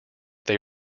they